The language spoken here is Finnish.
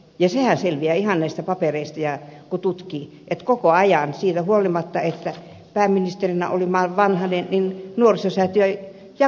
ja sehän selviää näistä papereista kun tutkii että koko ajan siitä huolimatta että pääministerinä oli vanhanen nuorisosäätiö jakoi rahaa